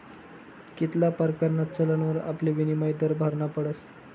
कित्ला परकारना चलनवर आपले विनिमय दर भरना पडस